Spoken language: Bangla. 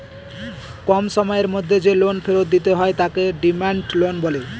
কম সময়ের মধ্যে যে লোন ফেরত দিতে হয় তাকে ডিমান্ড লোন বলে